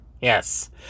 Yes